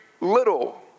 little